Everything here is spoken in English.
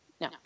No